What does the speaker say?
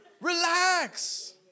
Relax